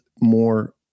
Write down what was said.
more